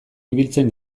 ibiltzen